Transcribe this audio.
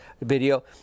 video